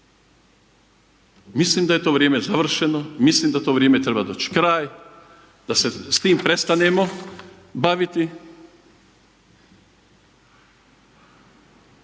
Mislim da je to vrijeme završeno, mislim da to vrijeme treba doći kraj, da se s tim prestanemo baviti.